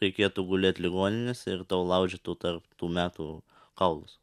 reikėtų gulėt ligoninėse ir tau laužytų tarp tų metų kaulus